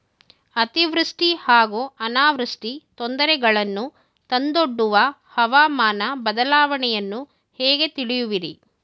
ಅತಿವೃಷ್ಟಿ ಹಾಗೂ ಅನಾವೃಷ್ಟಿ ತೊಂದರೆಗಳನ್ನು ತಂದೊಡ್ಡುವ ಹವಾಮಾನ ಬದಲಾವಣೆಯನ್ನು ಹೇಗೆ ತಿಳಿಯುವಿರಿ?